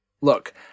Look